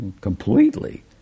completely